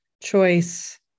choice